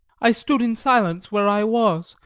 i stood in silence where i was,